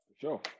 sure